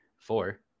four